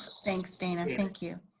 thanks dana. thank you.